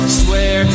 swear